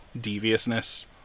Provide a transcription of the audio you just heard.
deviousness